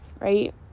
right